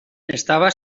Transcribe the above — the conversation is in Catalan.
estava